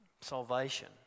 salvation